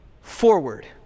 Forward